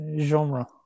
genre